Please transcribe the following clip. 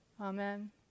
amen